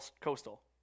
Coastal